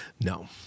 No